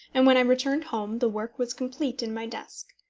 and when i returned home the work was complete in my desk.